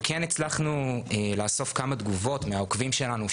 אנחנו כן הצלחנו לאסוף כמה תגובות מהעוקבים שלנו,